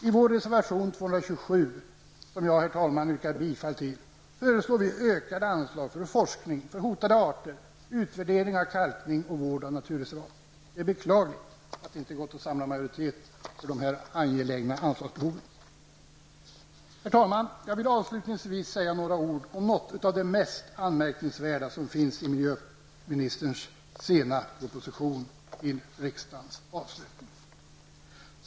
I vår reservation 227, som jag, herr talman, yrkar bifall till, föreslår vi ökade anslag för forskning, hotade arter, utvärdering av kalkning och vård av naturreservat. Det är beklagligt att det inte har gått att samla majoritet för dessa angelägna anslagsbehov. Herr talman! Jag vill avslutningsvis säga några ord om något av det mest anmärkningsvärda som finns i miljöministerns sena proposition till riksdagens avslutning.